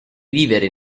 viveri